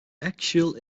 actual